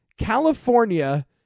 California